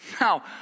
Now